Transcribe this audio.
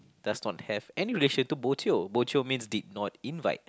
does not have any relation to bo jio bo jio means did not invite